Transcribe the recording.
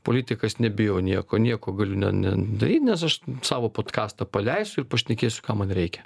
politikas nebijau nieko nieko galiu nedaryt nes aš savo podkastą paleisiu ir pašnekėsiu ką man reikia